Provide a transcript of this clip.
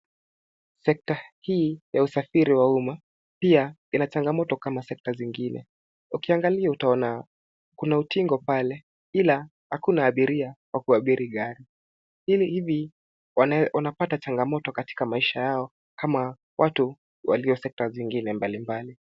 Sekta hii ya usafiri wa umma pia ina changamoto kama sekta zingine ukiangalia utaona kuna utingo pale ila hakuna abiria wa kuabiri gari ili hivi wanapata changamoto katika maiisha yao kama watu walio sekta zingine mbalimbali.